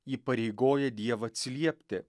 įpareigoja dievą atsiliepti